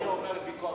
אני אומר: ביקורת.